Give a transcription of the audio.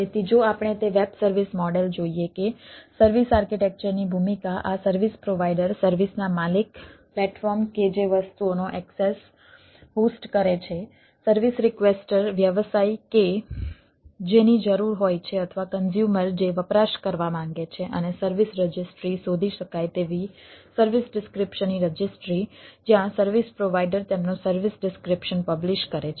તેથી જો આપણે તે વેબ સર્વિસ મોડેલ જોઈએ કે સર્વિસ આર્કિટેક્ચરની ભૂમિકા આ સર્વિસ પ્રોવાઈડર સર્વિસના માલિક પ્લેટફોર્મ કે જે વસ્તુઓનો એક્સેસ હોસ્ટ કરે છે સર્વિસ રિક્વેસ્ટર વ્યવસાય કે જેની જરૂર હોય છે અથવા કન્ઝ્યુમર જે વપરાશ કરવા માંગે છે અને સર્વિસ રજિસ્ટ્રી શોધી શકાય તેવી સર્વિસ ડિસ્ક્રીપ્શનની રજિસ્ટ્રી જ્યાં સર્વિસ પ્રોવાઈડર તેમનું સર્વિસ ડિસ્ક્રીપ્શન પબ્લીશ કરે છે